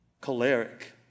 choleric